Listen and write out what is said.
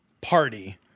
party